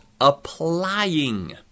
applying